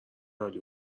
عالی